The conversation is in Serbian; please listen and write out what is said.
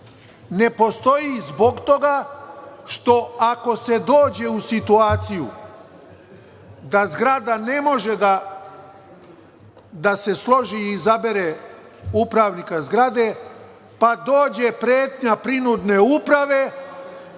Ne postoji zbog toga što ako se dođe u situaciju da zgrada ne može da se složi i izabere upravnika zgrade, pa dođe pretnja prinudne uprave,